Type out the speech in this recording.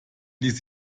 ließ